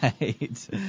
right